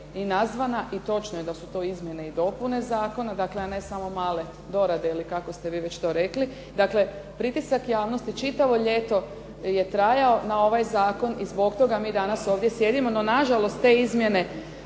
i nazvana i točno je da su to izmjene i dopune zakona, a ne samo male dorade ili kako ste vi već to rekli. Dakle, pritisak javnosti čitavo ljeto je trajao na ovaj zakon i zbog toga mi ovdje danas sjedimo. No nažalost, te izmjene